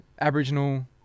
Aboriginal